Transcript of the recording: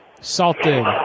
salted